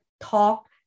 talk